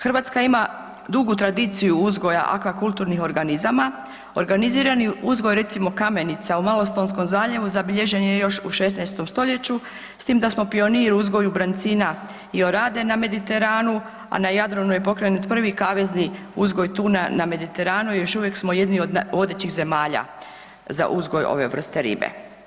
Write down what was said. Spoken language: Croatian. Hrvatska ima dugu tradiciju uzgoja akvakulturnih organizama, organizirani uzgoj recimo kamenica u Malostonskom zaljevu zabilježen je još u 16. stoljeću s tim da smo pionir u uzgoju brancina i orade na Mediteranu, a na Jadranu je pokrenut prvi kavezni uzgoj tuna na Mediteranu i još uvijek smo jedni od vodećih zemalja za uzgoj ove vrste ribe.